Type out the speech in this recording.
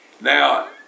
Now